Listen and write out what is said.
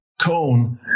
cone